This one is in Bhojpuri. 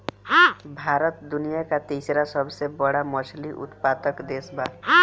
भारत दुनिया का तीसरा सबसे बड़ा मछली उत्पादक देश बा